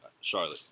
Charlotte